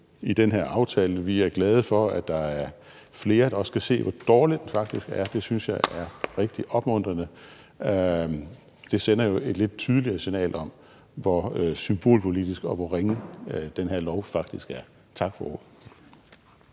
i den her aftale. Vi er glade for, at der er flere, der også kan se, hvor dårligt det faktisk er, og det synes jeg er rigtig opmuntrende. Det sender jo et lidt tydeligere signal om, hvor symbolpolitisk og hvor ringe den her lov faktisk er. Tak for